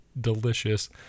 delicious